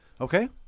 Okay